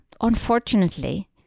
unfortunately